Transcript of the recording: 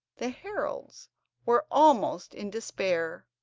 the heralds were almost in despair,